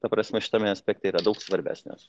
ta prasme šitame aspekte yra daug svarbesnės